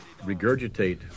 regurgitate